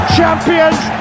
champions